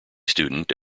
student